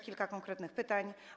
Kilka konkretnych pytań.